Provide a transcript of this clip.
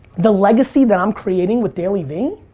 the legacy that i'm creating with dailyvee?